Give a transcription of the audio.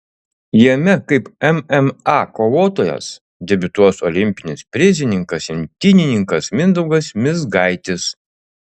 jame kaip mma kovotojas debiutuos olimpinis prizininkas imtynininkas mindaugas mizgaitis